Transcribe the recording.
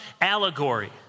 allegory